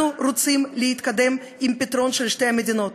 אנחנו רוצים להתקדם עם הפתרון של שתי המדינות,